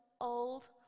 old